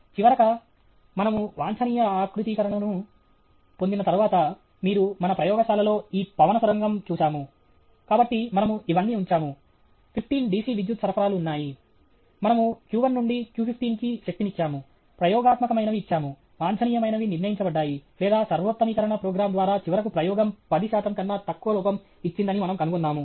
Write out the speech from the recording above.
చివరగా మనము వాంఛనీయ ఆకృతీకరణను పొందిన తరువాత మీరు మన ప్రయోగశాలలో ఈ పవన సొరంగం చూశాము కాబట్టి మనము ఇవన్నీ ఉంచాము 15 DC విద్యుత్ సరఫరాలు ఉన్నాయి మనము q1 నుండి q15 కి శక్తినిచ్చాము ప్రయోగాత్మకమైనవి ఇచ్చాము వాంఛనీయమైనవి నిర్ణయించబడ్డాయి లేదా సర్వోత్తమీకరణ ప్రోగ్రామ్ ద్వారా చివరకు ప్రయోగం 10 శాతం కన్నా తక్కువ లోపం ఇచ్చిందని మనము కనుగొన్నాము